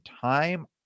time